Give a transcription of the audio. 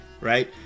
right